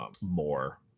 more